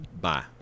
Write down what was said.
Bye